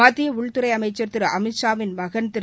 மத்திய உள்துறை அமைச்சர் திரு அமித் ஷாவின் மகன் திரு